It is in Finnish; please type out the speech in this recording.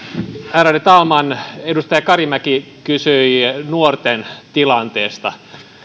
ärade talman edustaja karimäki kysyi nuorten tilanteesta